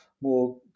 more